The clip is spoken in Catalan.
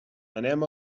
anem